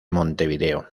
montevideo